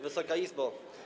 Wysoka Izbo!